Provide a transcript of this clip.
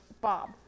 Bob